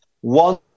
one